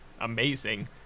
amazing